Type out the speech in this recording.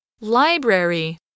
Library